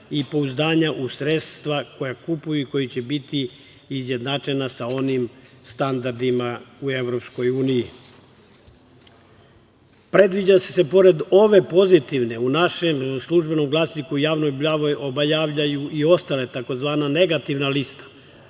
i pouzdanja u sredstva koja kupuje i koja će biti izjednačena sa onim standardima u EU.Predviđa se da se pored ove pozitivne, u našem „Službenom glasniku“ javno objavljuju i ostale tzv. negativna lista,